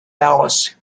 alice